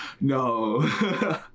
No